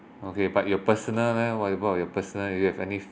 okay but your personal leh what about your personal do you have any